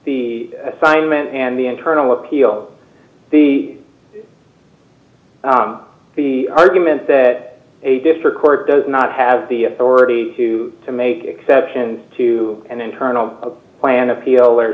the assignment and the internal appeal the argument that a district court does not have the authority to ready make exceptions to an internal plan appeal or